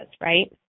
right